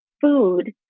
food